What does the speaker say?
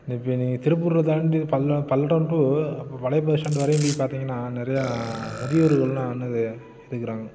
இப்போ நீங்கள் திருப்பூரில் தாண்டி பல்லம் பல்லடம் டு ப பழைய பஸ் ஸ்டாண்ட் வரையும் போய் பார்த்தீங்கன்னா நிறையா முதியோர்கள்லாம் என்னது இருக்கிறாங்க